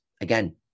Again